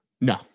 No